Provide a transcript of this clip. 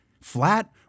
Flat